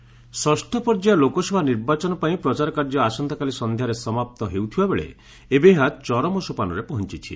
campaigning ଷଷ୍ଠ ପର୍ଯ୍ୟାୟ ଲୋକସଭା ନିର୍ବାଚନ ପାଇଁ ପ୍ରଚାର କାର୍ଯ୍ୟ ଆସନ୍ତାକାଲି ସନ୍ଧ୍ୟାରେ ସମାପ୍ତ ହେଉଥିବାବେଳେ ଏବେ ଏହା ଚରମ ସୋପାନରେ ପହଞ୍ଚୁଛି